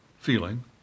feeling